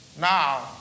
Now